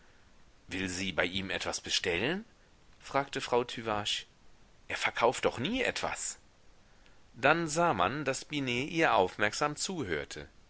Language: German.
will sie bei ihm etwas bestellen fragte frau tüvache er verkauft doch nie etwas dann sah man daß binet ihr aufmerksam zuhörte